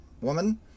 woman